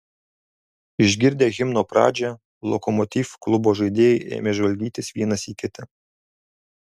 išgirdę himno pradžią lokomotiv klubo žaidėjai ėmė žvalgytis vienas į kitą